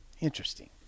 Interesting